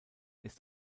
ist